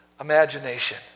imagination